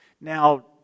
Now